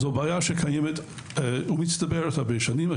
זו בעיה שקיימת ומצטברת שנים רבות.